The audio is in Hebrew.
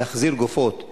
להחזיר גופות,